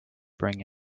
bring